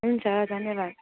हुन्छ धन्यवाद